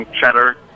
cheddar